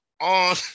on